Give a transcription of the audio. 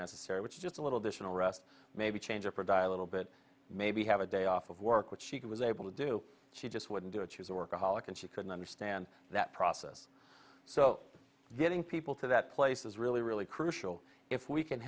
necessary which is just a little dish and rest maybe change or provide a little bit maybe have a day off of work which she was able to do she just wouldn't do it she's a workaholic and she couldn't understand that process so getting people to that place is really really crucial if we can